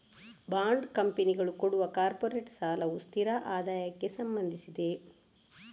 bond ಕಂಪನಿಗಳು ಕೊಡುವ corporate ಸಾಲವು ಸ್ಥಿರ ಆದಾಯಕ್ಕೆ ಸಂಬಂಧಿಸಿದೆ